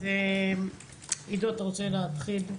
עידו, אתה רוצה להתחיל,